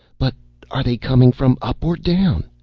but are they coming from up or down?